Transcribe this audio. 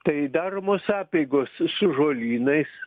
tai daromos apeigos su žolynais